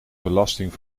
belasting